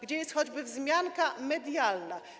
Gdzie jest choćby wzmianka medialna?